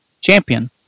champion